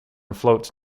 floats